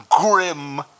grim